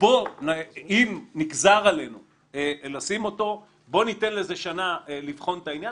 אם נגזר עלינו לשים אותו בואו ניתן שנה לבחון את העניין.